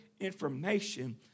information